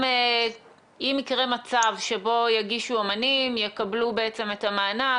אם יקרה מצב שבו יגישו אומנים, יקבלו את המענק